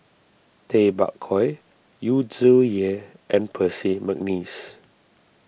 Tay Bak Koi Yu Zhuye and Percy McNeice